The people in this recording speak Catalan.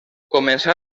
començà